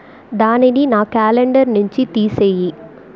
దానిని నా క్యాలెండర్ నుంచి తీసెయ్యి